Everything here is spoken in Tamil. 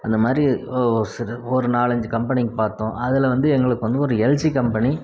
அந்த மாதிரி ஒரு சில ஒரு நாலஞ்சு கம்பெனிங்க பார்த்தோம் அதில் வந்து எங்களுக்கு வந்து ஒரு எல்ஜி கம்பெனி